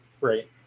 Right